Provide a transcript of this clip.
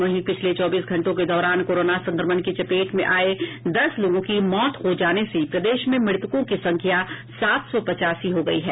वहीं पिछले चौबीस घंटे के दौरान कोरोना संक्रमण की चपेट में आए दस लोगों की मौत हो जाने से प्रदेश में मृतकों की संख्या सात सौ पचासी हो गई है